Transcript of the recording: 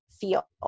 feel